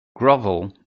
grovel